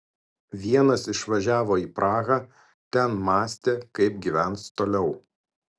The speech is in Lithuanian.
vienas išvažiavo į prahą ten mąstė kaip gyvens toliau